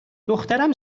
دخترم